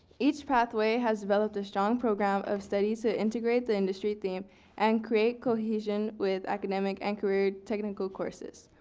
each pathway has developed a strong program of studies that integrate the industry theme and create cohesion with academic and career technical courses.